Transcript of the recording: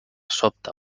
sobte